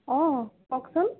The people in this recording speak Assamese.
অঁ কওকচোন